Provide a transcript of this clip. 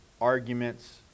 arguments